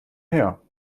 her